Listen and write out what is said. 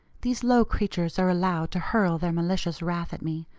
these low creatures are allowed to hurl their malicious wrath at me,